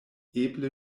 eble